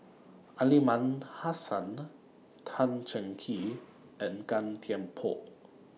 Aliman Hassan Tan Cheng Kee and Gan Thiam Poh